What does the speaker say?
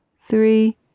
three